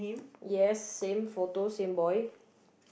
yes same photo same boy